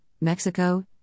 Mexico